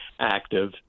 active